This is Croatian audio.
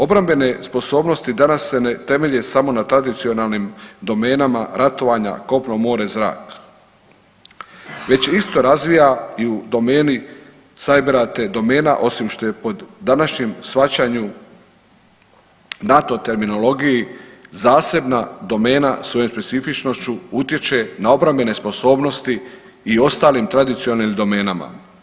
Obrambene sposobnosti danas se ne temelje samo na tradicionalnim domenama ratovanja kopno-more-zrak, već isto razvija i u domeni sajbera, te domena osim što je pod današnjem shvaćanju NATO terminologiji zasebna domena i svojom specifičnošću utječe na obrambene sposobnosti i ostalim tradicionalnim domenama.